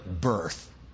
birth